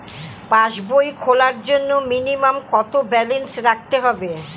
পাসবই খোলার জন্য মিনিমাম কত ব্যালেন্স রাখতে হবে?